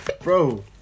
Bro